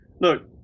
look